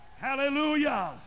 Hallelujah